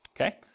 okay